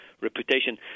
reputation